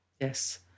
Yes